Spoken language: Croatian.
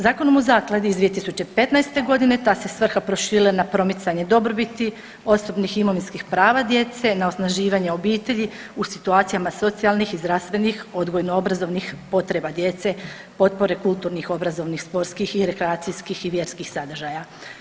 Zakonom o zakladi iz 2015.g. ta se svrha proširila na promicanje dobrobiti osobnih imovinskih prava djece, na osnaživanje obitelji u situacijama socijalnih i zdravstvenih, odgojno obrazovnih potreba djece, potpore kulturnih, obrazovnih, sportskih i rekreacijskih i vjerskih sadržaja.